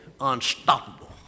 Unstoppable